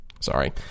Sorry